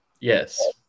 Yes